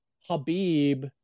Habib